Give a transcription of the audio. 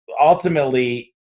ultimately